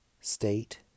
state